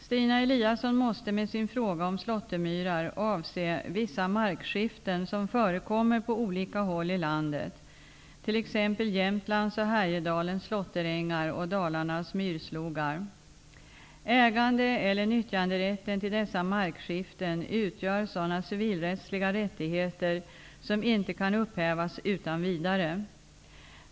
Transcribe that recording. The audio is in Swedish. Stina Eliasson måste med sin fråga om slåttermyrar avse vissa markskiften som förekommer på olika håll i landet, t.ex. Dalarnas myrslogar. Ägande eller nyttjanderätten till dessa markskiften utgör sådana civilrättsliga rättigheter som inte kan upphävas utan vidare.